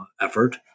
effort